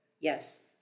Yes